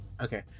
Okay